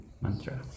Mantra